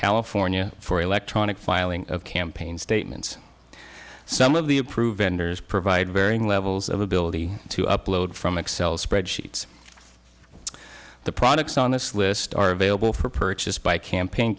california for electronic filing of campaign statements some of the approved ender's provide varying levels of ability to upload from excel spreadsheets the products on this list are available for purchase by campaign